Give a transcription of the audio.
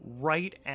right